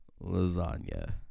Lasagna